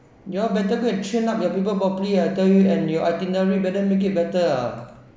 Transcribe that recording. you all better go and train up your people properly I tell you and your itinerary better make it better ah